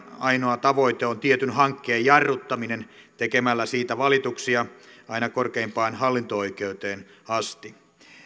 ainoa tavoite on tietyn hankkeen jarruttaminen tekemällä siitä valituksia aina korkeimpaan hallinto oikeuteen asti